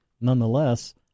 nonetheless